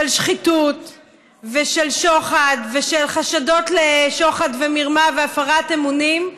של שחיתות ושל שוחד ושל חשדות לשוחד ומרמה והפרת אמונים,